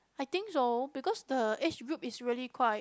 I think so because the age group is really quite